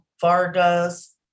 Vargas